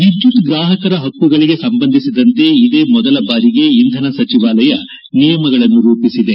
ವಿದ್ಯುತ್ ಗ್ರಾಹಕರ ಹಕ್ಕುಗಳಿಗೆ ಸಂಬಂಧಿಸಿದಂತೆ ಇದೇ ಮೊದಲ ಬಾರಿಗೆ ಇಂಧನ ಸಚಿವಾಲಯ ನಿಯಮಗಳನ್ನು ರೂಪಿಸಿದೆ